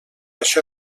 això